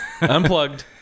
Unplugged